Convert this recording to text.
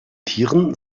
tieren